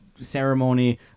ceremony